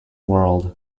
whirled